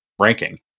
ranking